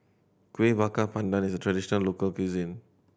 Kueh Bakar Pandan is a traditional local cuisine